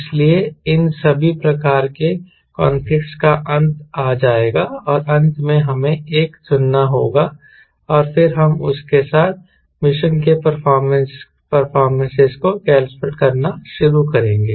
इसलिए इन सभी प्रकार के कनफ्लिक्ट्स का अंत आ जाएगा और अंत में हमें एक चुनना होगा और फिर हम उसके साथ मिशन के परफॉर्मेंसेस को कैलकुलेट करना शुरू करेंगे